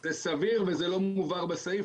אז זה סביר וזה לא מובהר בסעיף.